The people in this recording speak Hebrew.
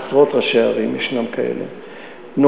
עשרות ראשי ערים כאלה יש,